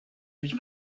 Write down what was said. vie